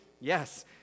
Yes